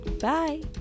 bye